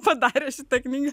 padaręs įtaką